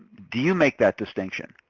do you make that distinction?